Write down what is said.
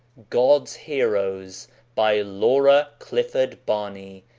god's heroes by laura clifford barney.